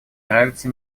нравится